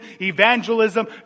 evangelism